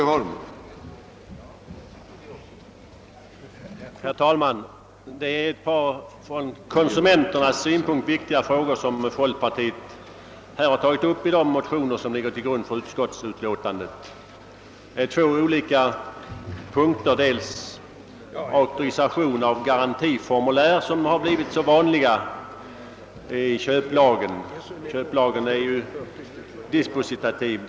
Herr talman! Det är två från konsumenternas synpunkt viktiga frågor som folkpartiet har tagit upp i de motioner som ligger till grund för utskottsutlåtandet. Den ena frågan gäller auktorisation av garantiformulär som har blivit vanliga vid köp. Köplagens bestämmelser är ju dispositiva.